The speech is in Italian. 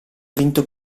vinto